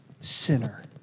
sinner